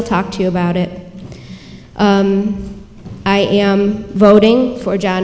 i'll talk to you about it i am voting for john